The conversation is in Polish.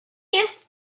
jest